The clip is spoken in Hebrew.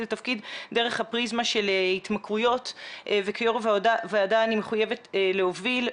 לתפקיד דרך הפריזמה של התמכרויות וכיו"ר הוועדה אני מחויבת להוביל,